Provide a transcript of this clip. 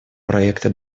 проекты